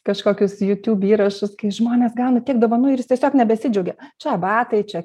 kažkokius jutiub įrašus kai žmonės gauna tiek dovanų ir jis tiesiog nebesidžiaugia čia batai čia